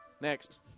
Next